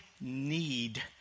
need